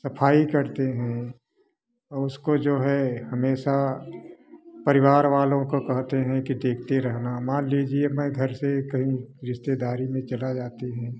सफाई करते हैं और उसको जो है हमेशा परिवार वालों काे कहते हैं कि देखते रहना मान लीजिए मैं घर से कहीं रिश्तेदारी में चला जाती हूँ